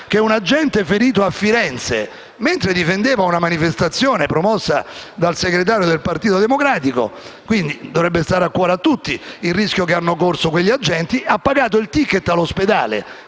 che un agente ferito a Firenze mentre difendeva una manifestazione promossa dal segretario del Partito Democratico (quindi dovrebbe stare a cuore a tutti il rischio che hanno corso quegli agenti) ha pagato il *ticket* all'ospedale.